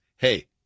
Hey